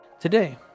today